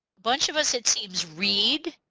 bunch of us it seems read.